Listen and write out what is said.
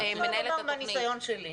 אגיד לכם מהניסיון שלי,